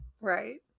right